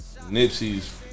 Nipsey's